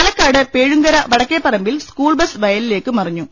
പാലക്കാട് പേഴുങ്കര വടക്കേ പറമ്പിൽ school bus വയലിലേക്ക് മറിഞ്ഞു